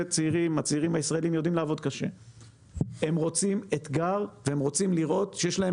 הם רוצים אתגר ורוצים לראות שיש להם